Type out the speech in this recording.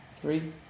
three